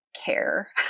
care